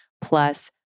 plus